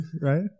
right